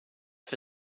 for